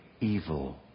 evil